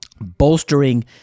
bolstering